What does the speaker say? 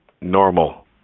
normal